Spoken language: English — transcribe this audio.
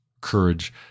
courage